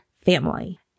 family